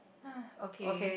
okay